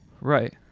Right